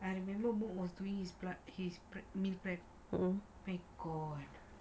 I remember mook was doing his blood his meal prep oh my god